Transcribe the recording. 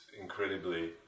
incredibly